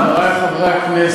חברי חברי הכנסת,